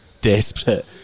desperate